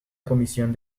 comisión